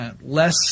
less